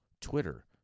Twitter